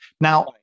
now